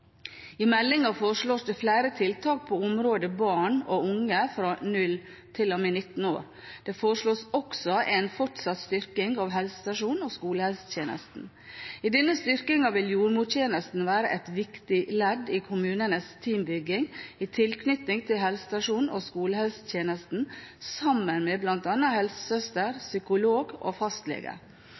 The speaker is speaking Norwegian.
I meldingen foreslås det flere tiltak på området barn og unge fra 0 til og med 19 år. Det foreslås også en fortsatt styrking av helsestasjons- og skolehelsetjenesten. I denne styrkingen vil jordmortjenesten være et viktig ledd i kommunenes teambygging i tilknytning til helsestasjons- og skolehelsetjenesten, sammen med bl.a. helsesøster, psykolog og fastlege